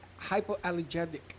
hypoallergenic